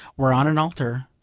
where on an altar,